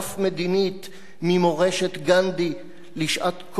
ממורשת גנדי לשעת כושר שיכולה להיות